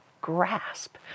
grasp